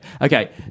Okay